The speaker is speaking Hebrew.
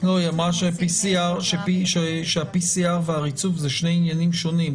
היא אמרה ש-PCR והריצוף זה שני עניינים שונים.